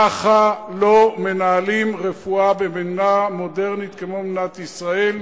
ככה לא מנהלים רפואה במדינה מודרנית כמו מדינת ישראל.